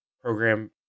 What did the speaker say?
program